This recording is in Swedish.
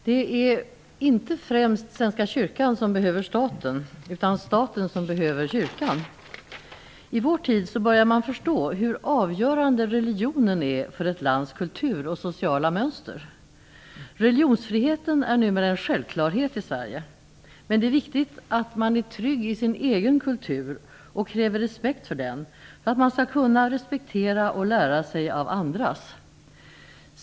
Herr talman! Det är inte främst Svenska kyrkan som behöver staten utan staten som behöver kyrkan. I vår tid börjar man förstå hur avgörande religionen är för ett lands kultur och sociala mönster. Religionsfriheten är numera en självklarhet i Sverige, men det är viktigt att man är trygg i sin egen kultur och kräver respekt för den för att man skall kunna respektera och lära sig av andras.